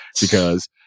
because-